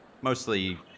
mostly